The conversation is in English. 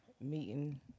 meeting